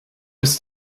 ist